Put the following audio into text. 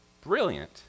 Brilliant